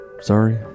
Sorry